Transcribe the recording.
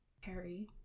Harry